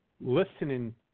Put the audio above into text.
listening